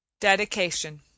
DEDICATION